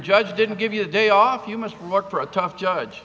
judge didn't give you a day off you must work for a tough judge